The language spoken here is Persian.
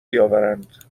بیاورند